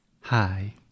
Hi